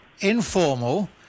informal